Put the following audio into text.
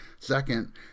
Second